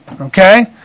Okay